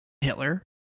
hitler